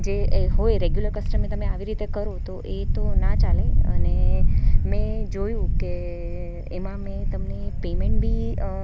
જે એ હોય રેગ્યુલર કસ્ટમરને તમે આવી રીતે કરો તો એ તો ના ચાલે અને મેં જોયુ કે એમાં મેં તમને પેમેન્ટ બી